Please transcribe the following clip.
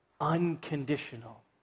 unconditional